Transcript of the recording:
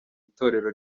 itorero